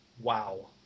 wow